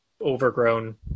overgrown